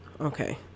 okay